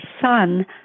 son